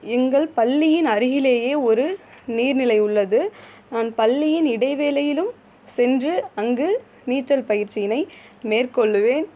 எங்கள் பள்ளியின் அருகிலேயே ஒரு நீர் நிலை உள்ளது நான் பள்ளியின் இடைவேளையிலும் சென்று அங்கு நீச்சல் பயிற்சியினை மேற்கொள்வேன்